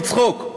לצחוק,